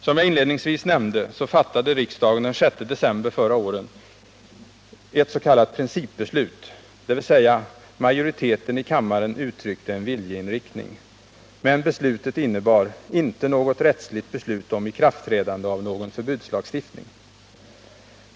Som jag inledningsvis nämnde, fattade riksdagen den 6 december förra året ett s.k. principbeslut — dvs. majoriteten i kammaren uttryckte en viljeinriktning — men beslutet innebar inte något rättsligt beslut om ikraftträdande av någon förbudslagstiftning.